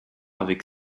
avec